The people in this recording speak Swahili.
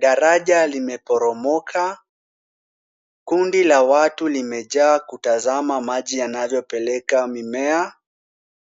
daraja limeporomoka. Kundi la watu limejaa kutazama maji yanavyopeleka mimea.